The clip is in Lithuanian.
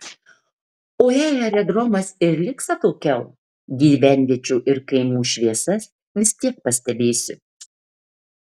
o jei aerodromas ir liks atokiau gyvenviečių ir kaimų šviesas vis tiek pastebėsiu